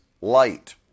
light